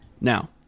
Now